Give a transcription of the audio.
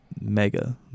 mega